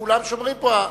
וכולם שומעים פה.